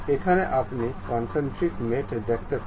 এখানে আপনি concentric mat দেখতে পারেন